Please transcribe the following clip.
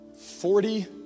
Forty